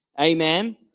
Amen